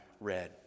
read